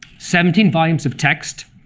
seventeen volumes of text,